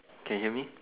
can hear me